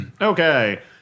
Okay